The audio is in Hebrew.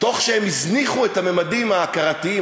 תוך שהם הזניחו את הממדים ההכרתיים,